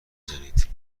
زنید